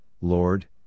Lord